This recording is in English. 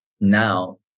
Now